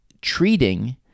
treating